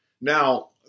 Now